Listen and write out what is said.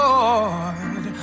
Lord